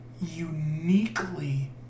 uniquely